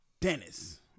Dennis